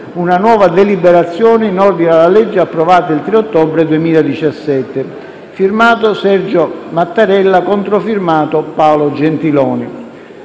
una nuova deliberazione in ordine alla legge approvata il 3 ottobre 2017. *f.to* Sergio Mattarella *controfirmato* Paolo Gentiloni».